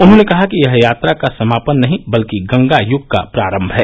उन्होंने कहा कि यह यात्रा का समापन नहीं बल्कि गंगा युग का प्रारंभ है